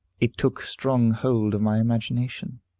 it took strong hold of my imagination.